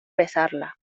besarla